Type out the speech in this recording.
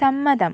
സമ്മതം